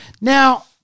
now